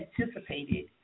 anticipated